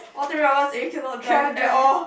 all the road it cannot drive at all